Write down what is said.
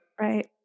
Right